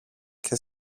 και